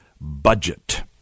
budget